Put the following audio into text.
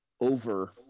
Over